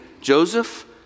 Joseph